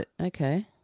Okay